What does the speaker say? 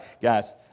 guys